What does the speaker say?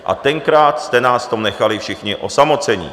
A tenkrát jste nás v tom nechali všichni osamocené.